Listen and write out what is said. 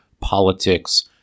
Politics